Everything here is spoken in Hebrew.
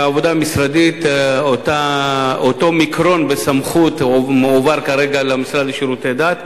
בעבודה משרדית אותו מיקרון בסמכות מועבר כרגע למשרד לשירותי דת.